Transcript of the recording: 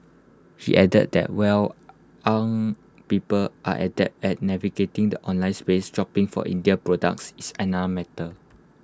he added that while young people are adept at navigating the online space shopping for Indian products is another matter